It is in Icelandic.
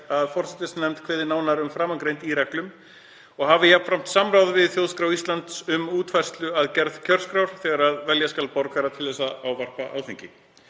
að forsætisnefnd kveði nánar á um framangreint í reglum og hafi jafnframt samráð við Þjóðskrá Íslands við útfærslu að gerð kjörskrár þegar velja skal borgara til þess að ávarpa Alþingi.